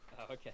Okay